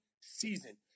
season